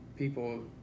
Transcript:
People